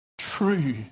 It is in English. true